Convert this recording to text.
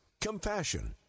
Compassion